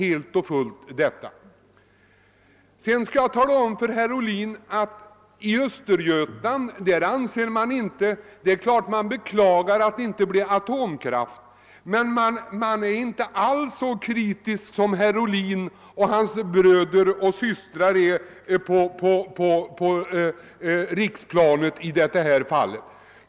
Jag vill sedan tala om för herr Obhlin att man i Östergötland naturligtvis beklagar att det inte blev något atomkraftverk, men man är inte alls lika kritisk som herr Ohlin och hans bröder och systrar på riksplanet är i detta fall.